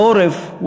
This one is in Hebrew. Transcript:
בעורף,